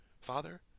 father